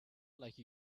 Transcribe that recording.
like